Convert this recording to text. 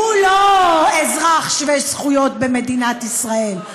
הוא לא אזרח שווה זכויות במדינת ישראל.